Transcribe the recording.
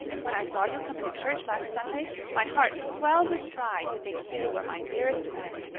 when i saw you come into church last sunday my heart swelled with pride to think you were my dearest friend.